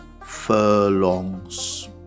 furlongs